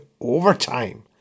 overtime